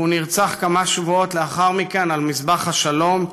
והוא נרצח כמה שבועות לאחר מכן על מזבח השלום.